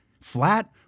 flat